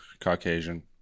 Caucasian